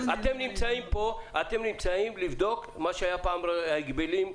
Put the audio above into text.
אתם נמצאים לבדוק, מה שהיה פעם רשות ההגבלים.